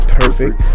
perfect